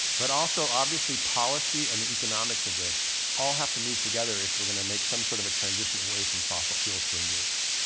but also obviously policy and the economics of this all have to move together if we're going to make some sort of a transition away from fossil fuels to renewables,